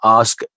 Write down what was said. ask